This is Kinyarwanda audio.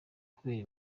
kubera